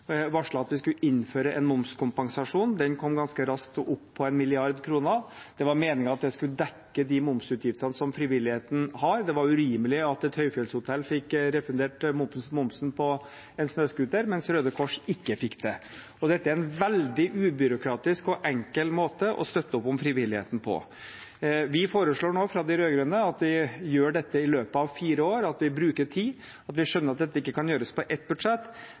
at vi skulle innføre en momskompensasjon. Den kom ganske raskt opp på 1 mrd. kr. Det var meningen at det skulle dekke de momsutgiftene som frivilligheten har. Det var urimelig at et høyfjellshotell fikk refundert momsen på en snøscooter, mens Røde Kors ikke fikk det. Dette er en veldig ubyråkratisk og enkel måte å støtte opp om frivilligheten på. Vi foreslår nå fra de rød-grønne at vi gjør dette i løpet av fire år – at vi bruker tid, for vi skjønner at dette ikke kan gjøres på ett budsjett.